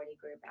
group